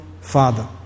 father